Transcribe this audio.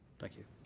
thank you.